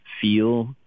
feel